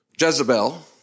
Jezebel